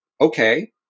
okay